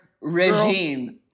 regime